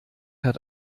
hat